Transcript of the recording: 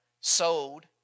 sold